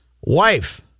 Wife